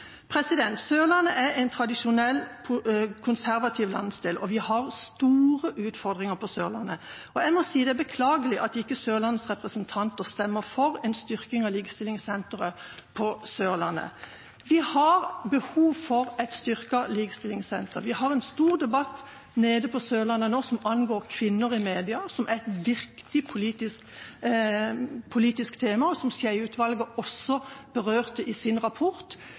Sørlandet er en tradisjonell, konservativ landsdel. Vi har store utfordringer på Sørlandet, og jeg må si at det er beklagelig at ikke Sørlandets representanter stemmer for en styrking av Likestillingssenteret på Sørlandet. Vi har behov for et styrket likestillingssenter. Vi har en stor debatt nede på Sørlandet nå som angår kvinner i media, som er et viktig politisk tema, og som Skjeie-utvalget også berørte i sin rapport.